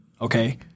Okay